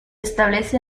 establece